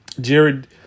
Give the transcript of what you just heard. Jared